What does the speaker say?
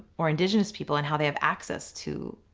or indigenous people and how they have access to